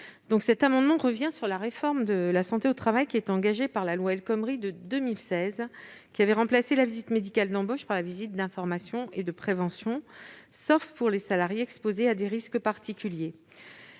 rectifié tendent à revenir sur la réforme de la santé au travail engagée dans la loi El Khomri de 2016, qui a remplacé la visite médicale d'embauche par une visite d'information et de prévention, sauf pour les salariés exposés à des risques particuliers.